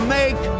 make